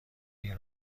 این